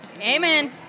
Amen